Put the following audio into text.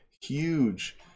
huge